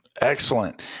Excellent